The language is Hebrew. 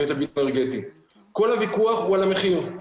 כל הוויכוח הוא על המחיר,